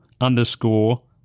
underscore